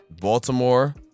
Baltimore